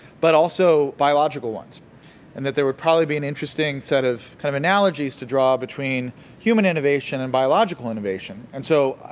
but also biological ones and that there would probably be an interesting set of kind of analogies to draw between human innovation and biological innovation. and so,